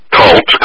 cult